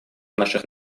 наших